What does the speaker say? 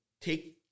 take